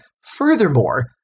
Furthermore